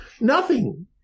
Nothing